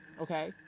okay